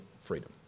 freedom